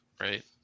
right